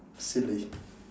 silly